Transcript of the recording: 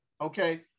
Okay